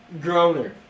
Groner